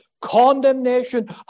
Condemnation